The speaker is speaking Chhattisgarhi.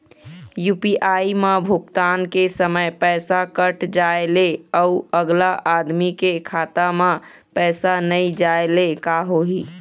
यू.पी.आई म भुगतान के समय पैसा कट जाय ले, अउ अगला आदमी के खाता म पैसा नई जाय ले का होही?